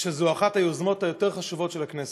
שזו אחת היוזמות היותר-חשובות של הכנסת,